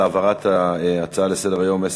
העברת ההצעה לסדר-היום מס'